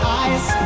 eyes